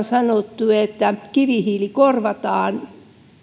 sanottu että kivihiili korvataan